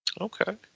Okay